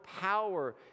power